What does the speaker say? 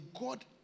God